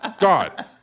God